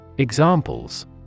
Examples